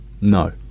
No